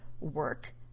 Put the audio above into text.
work